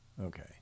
okay